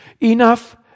Enough